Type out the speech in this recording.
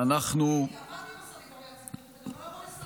היא יחידה באמת מפוארת,